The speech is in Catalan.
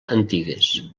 antigues